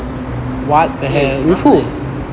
eh last night